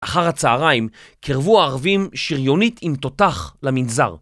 אחר הצהריים קרבו ערבים שריונית עם תותח למנזר.